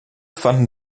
fanden